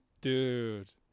Dude